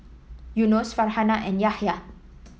Yunos Farhanah and Yahya